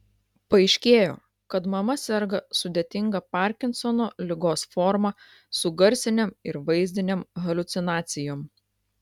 paaiškėjo kad mama serga sudėtinga parkinsono ligos forma su garsinėm ir vaizdinėm haliucinacijom